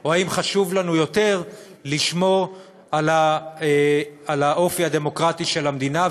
או חשוב לנו יותר לשמור על האופי הדמוקרטי של המדינה?